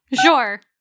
Sure